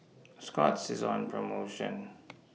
Scott's IS on promotion